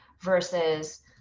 versus